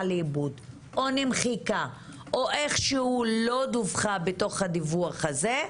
לאיבוד או נמחקה או איכשהו לא דווחה בדיווח הזה,